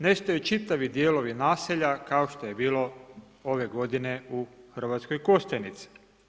Nestaju čitavi dijelovi naselja kao što je bilo ove godine u Hrvatskoj Kostajnici.